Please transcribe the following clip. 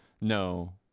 No